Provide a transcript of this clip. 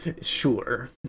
Sure